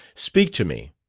speak to me!